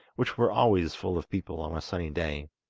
which were always full of people on a sunny day.